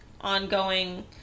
ongoing